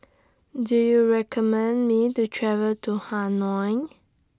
Do YOU recommend Me to travel to Hanoi